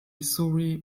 missouri